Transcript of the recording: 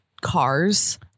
cars